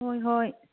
ꯍꯣꯏ ꯍꯣꯏ